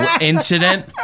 incident